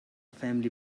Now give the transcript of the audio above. family